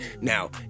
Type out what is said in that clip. Now